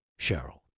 Cheryl